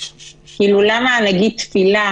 למה נגיד תפילה